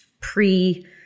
pre